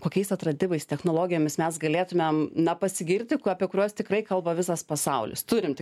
kokiais atradimais technologijomis mes galėtumėm na pasigirti apie kuriuos tikrai kalba visas pasaulis turim